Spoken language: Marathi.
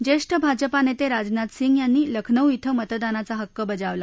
ज्येष्ठ भाजपा नेते राजनाथ सिंग यांनी लखनौ ध्वे मतदानाला हक्क बजावला